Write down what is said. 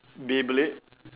Beyblade